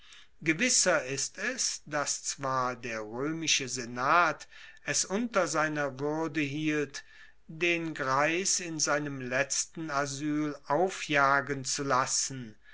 gewisser ist es dass zwar der roemische senat es unter seiner wuerde hielt den greis in seinem letzten asyl aufjagen zu lassen